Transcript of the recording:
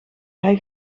hij